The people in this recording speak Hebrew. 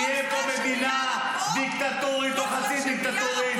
תהיה פה מדינה דיקטטורית או חצי דיקטטורית.